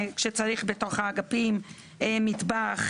כשצריך בתוך האגפים מטבח,